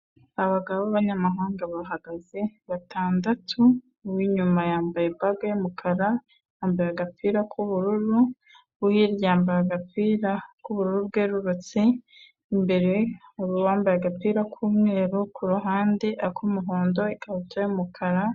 Abagabo b'abanyamahanga bahagaze batandatu, uw'inyuma yambaye bage y'umukara yambaye agapira k'ubururu, undi yambaye agapira k'ubururu, bwerurutse, imbere wambaye agapira k'umweru, kuruhande k'umuhondo ikabutura y'umukara.